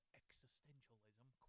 existentialism